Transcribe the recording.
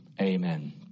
Amen